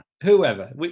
whoever